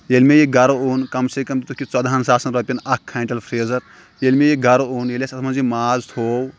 ییٚلِہ مےٚ یِہ گَرٕ اوٚن کَم سے کَم دیُٚتُکھ یِہ ژۄدَہَن ساسَن رۄپیَن اَکھ کھانٹٮ۪ل فرٛیٖزَر ییٚلہِ مےٚ یہِ گَرٕ اوٚن ییٚلہِ اسہِ اتھ منٛز یہِ ماز تھوٚو